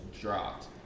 dropped